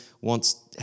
wants